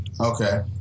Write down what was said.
Okay